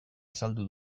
azaldu